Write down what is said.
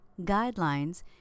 guidelines